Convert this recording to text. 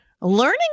Learning